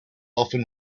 often